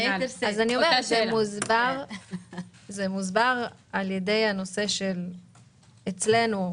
מוסבר על ידי זה שאצלנו,